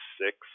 six